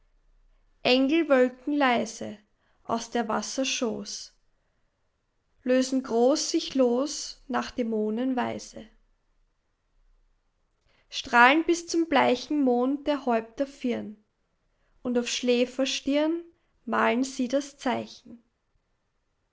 engel wölken leise aus der wasser schoß lösen groß sich los nach dämonenweise strahlen bis zum bleichen mond der häupter firn und auf schläfer stirn malen sie das zeichen